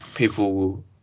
people